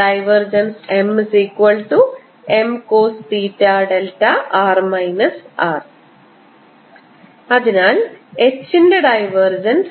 M Mcosθδ അതിനാൽ H ന്റെ divergence